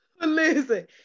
Listen